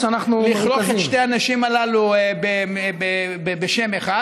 לכרוך את שתי הנשים הללו בשם אחד.